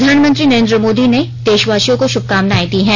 प्रधानमंत्री नरेंद्र मोदी ने देश वासियों को शुभकामनाएं दी हैं